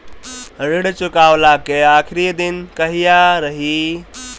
ऋण चुकव्ला के आखिरी दिन कहिया रही?